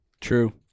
True